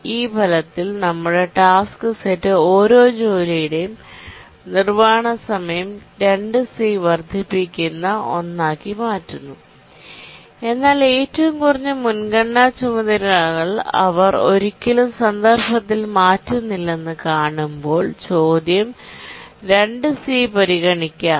ഈ ഫലത്തിൽ നമ്മുടെ ടാസ്ക് സെറ്റ് ഓരോ ജോലിയുടെയും നിർവ്വഹണ സമയം 2 സി വർദ്ധിപ്പിക്കുന്ന ഒന്നാക്കി മാറ്റുന്നു എന്നാൽ ഏറ്റവും കുറഞ്ഞ മുൻഗണനാ ചുമതലകൾ അവർ ഒരിക്കലും സന്ദർഭത്തിൽ മാറ്റുന്നില്ലെന്ന് കാണുമ്പോൾ ചോദ്യം 2 സി പരിഗണിക്കുമ്പോൾ